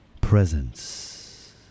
presence